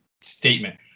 statement